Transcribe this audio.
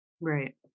Right